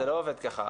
זה לא עובד כך.